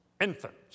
infants